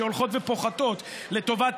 שהולכות ופוחתות לטובת